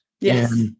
Yes